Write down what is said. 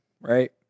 right